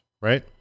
right